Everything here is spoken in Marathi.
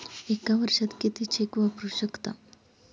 एका वर्षात किती चेक वापरू शकता?